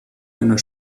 einer